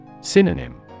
Synonym